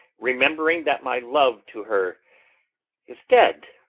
rememb'ring that my love to her is dead